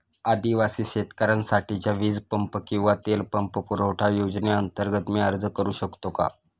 आदिवासी शेतकऱ्यांसाठीच्या वीज पंप किंवा तेल पंप पुरवठा योजनेअंतर्गत मी अर्ज करू शकतो का?